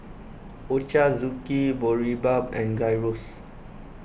Ochazuke Boribap and Gyros